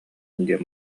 диэн